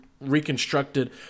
reconstructed